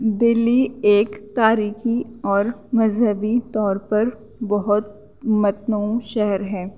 دلی ایک تاریخی اور مذہبی طور پر بہت متنوع شہر ہیں